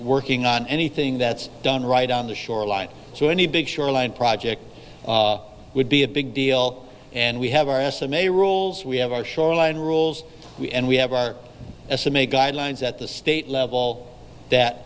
working on anything that's done right on the shoreline so any big shoreline project would be a big deal and we have r s m a rules we have our shoreline rules we and we have our estimate guidelines at the state level that